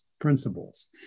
principles